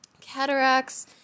cataracts